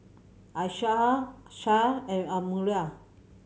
Aishah Syah and Amirul